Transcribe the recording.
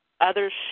others